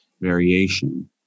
variation